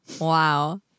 wow